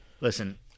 Listen